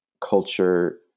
culture